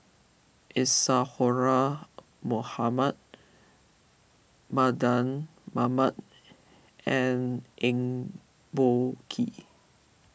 Isadhora Mohamed Mardan Mamat and Eng Boh Kee